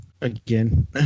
Again